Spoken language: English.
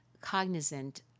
cognizant